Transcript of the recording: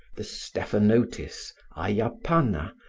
the stephanotis, ayapana,